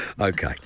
Okay